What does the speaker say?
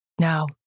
no